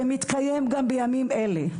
שמתקיים גם בימים אלה,